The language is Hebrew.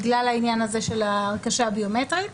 בגלל העניין של הבקשה הביומטרית,